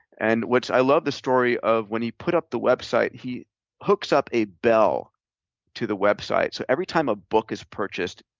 and i love the story of when he put up the website, he hooks up a bell to the website so every time a book is purchased,